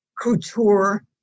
couture